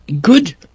good